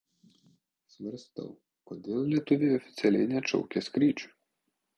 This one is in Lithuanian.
svarstau kodėl lietuviai oficialiai neatšaukia skrydžių